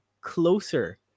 closer